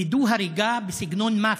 וידוא הריגה בסגנון מאפיה.